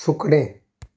सुकणें